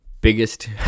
biggest